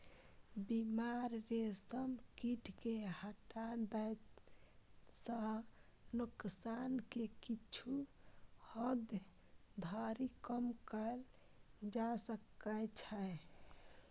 बीमार रेशम कीट कें हटा दै सं नोकसान कें किछु हद धरि कम कैल जा सकै छै